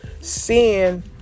sin